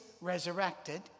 resurrected